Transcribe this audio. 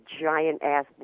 giant-ass